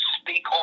speak